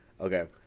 Okay